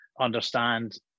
understand